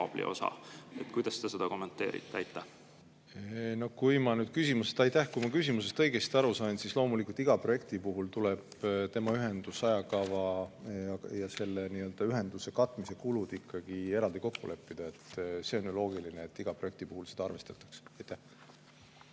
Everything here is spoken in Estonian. Kui ma nüüd küsimusest … Aitäh! Kui ma nüüd küsimusest õigesti aru sain, siis loomulikult iga projekti puhul tuleb ühenduse ajakava ja ühenduse katmise kulud ikkagi eraldi kokku leppida. See on ju loogiline, et iga projekti puhul seda arvestatakse.